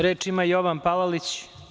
Reč ima Jovan Palalić.